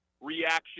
reaction